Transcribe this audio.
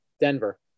Denver